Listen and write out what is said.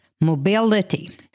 mobility